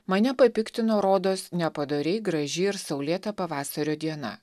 mane papiktino rodos nepadoriai graži ir saulėta pavasario diena